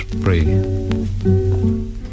pray